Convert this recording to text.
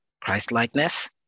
Christ-likeness